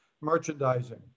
merchandising